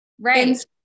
Right